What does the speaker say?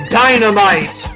dynamite